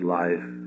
life